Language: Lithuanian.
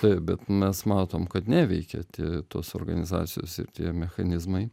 taip bet mes matom kad neveikia tie tos organizacijos ir tie mechanizmai